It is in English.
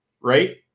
right